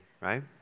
right